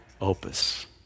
opus